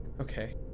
Okay